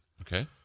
Okay